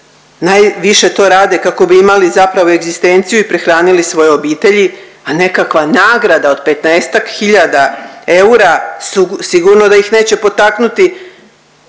najviše to rade kako bi imali zapravo egzistenciju i prehranili svoje obitelji, a nekakva nagrada od 15 hiljada eura sigurno da ih neće potaknuti